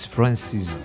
Francis